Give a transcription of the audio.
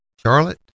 Charlotte